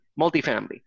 multifamily